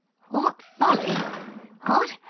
what folly what?